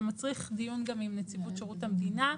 זה מצריך דיון גם עם נציבות שירות המדינה.